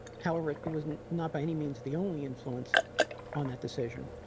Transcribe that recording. however he was not by any means the only influence on that decision.